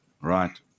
right